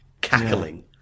cackling